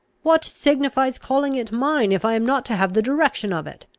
what signifies calling it mine, if i am not to have the direction of it?